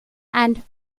and